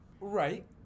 right